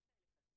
יש כאלה חקיקות,